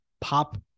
pop